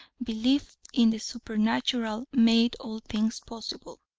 belief in the supernatural made all things possible,